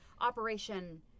Operation